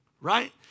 right